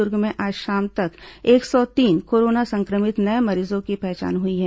दुर्ग में आज शाम तक एक सौ तीन कोरोना संक्रमित नये मरीजों की पहचान हुई है